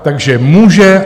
Takže může.